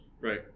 Right